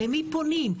אל מי פונים?